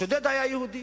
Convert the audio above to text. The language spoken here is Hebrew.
השודד היה יהודי.